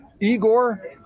Igor